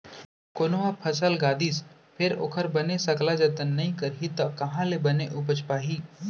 कोनो ह फसल गा दिस फेर ओखर बने सकला जतन नइ करही त काँहा ले बने उपज पाही